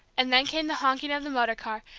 and then came the honking of the motor-car,